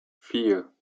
vier